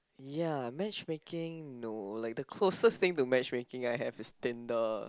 ya match making no like the closest thing to match making I have is Tinder